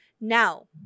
Now